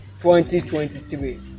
2023